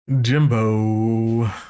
Jimbo